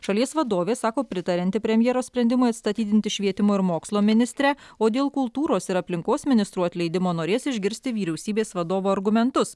šalies vadovė sako pritarianti premjero sprendimui atstatydinti švietimo ir mokslo ministrę o dėl kultūros ir aplinkos ministrų atleidimo norės išgirsti vyriausybės vadovo argumentus